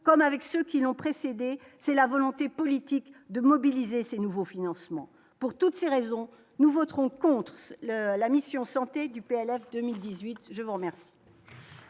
comme avec ceux qui l'ont précédé, c'est la volonté politique de mobiliser ces nouveaux financements pour toutes ces raisons, nous voterons contre la mission santé du PLF 2018, je vous remercie.